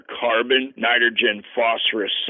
carbon-nitrogen-phosphorus